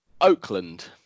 Oakland